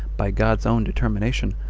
by god's own determination,